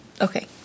Okay